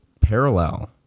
parallel